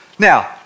Now